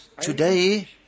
Today